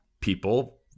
people